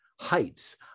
heights